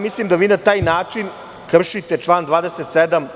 Mislim da vi na taj način kršite član 27.